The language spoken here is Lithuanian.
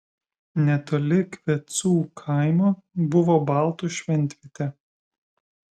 netoli kvecų kaimo buvo baltų šventvietė